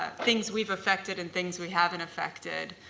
ah things we've affected and things we haven't affected.